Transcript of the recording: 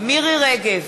מירי רגב,